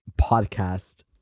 podcast